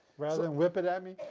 rather than whip it at me?